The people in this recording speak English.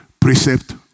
precept